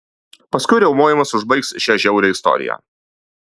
paskui riaumojimas užbaigs šią žiaurią istoriją